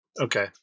okay